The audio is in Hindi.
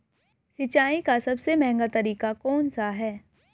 सिंचाई का सबसे महंगा तरीका कौन सा है?